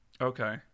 Okay